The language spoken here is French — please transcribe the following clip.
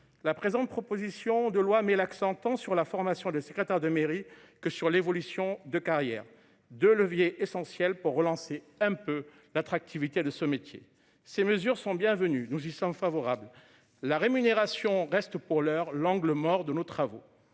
la présente, proposition de loi met l'accent tant sur la formation de secrétaire de mairie que sur l'évolution de carrière de levier essentiel pour relancer un peu l'attractivité de ce métier. Ces mesures sont bien nous y sont favorables. La rémunération reste pour l'heure l'angle mort de nos travaux